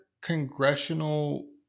congressional